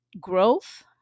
growth